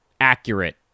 accurate